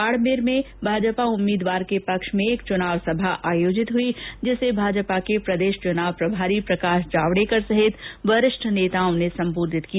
बाड़मेर में ही भाजपा उम्मीदवार के पक्ष में एक चुनावी सभा आयोजित हुई जिसे भाजपा के प्रदेश चुनाव प्रभारी प्रकाश जावडेकर सहित वरिष्ठ नेताओं ने संबोधित किया